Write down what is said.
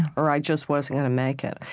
or i just wasn't going to make it.